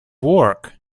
work